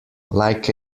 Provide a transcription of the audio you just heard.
like